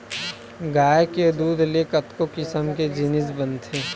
गाय के दूद ले कतको किसम के जिनिस बनथे